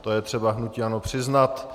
To je třeba hnutí ANO přiznat.